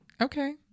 okay